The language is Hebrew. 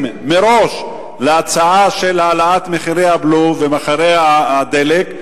מראש להצעה של העלאת הבלו ומחירי הדלק,